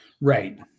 Right